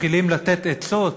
מתחילים לתת עצות